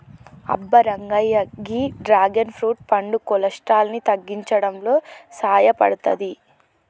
అబ్బ రంగయ్య గీ dragon fruit పండు కొలెస్ట్రాల్ ని తగ్గించడంలో సాయపడతాది